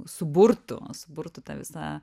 suburtų suburtų tą visą